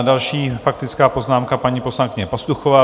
Další faktická poznámka, paní poslankyně Pastuchová.